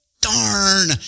darn